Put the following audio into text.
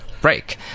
break